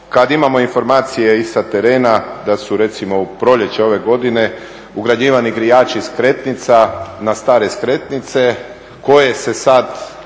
Kada imamo informacije i sa terena da su recimo u proljeće ove godine ugrađivani grijači skretnica na stare skretnice koje se sada